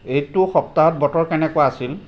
এইটো সপ্তাহত বতৰ কেনেকুৱা আছিল